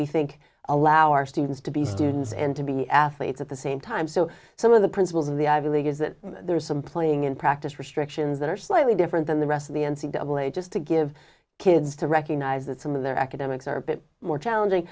we think allow our students to be students and to be athletes at the same time so some of the principles of the ivy league is that there are some playing in practice restrictions that are slightly different than the rest of the n c double a just to give kids to recognize that some of their academics are a bit more challenging